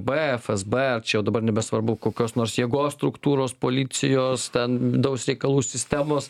bėefas bė čia dabar jau nebesvarbu kokios nors jėgos struktūros policijos ten vidaus reikalų sistemos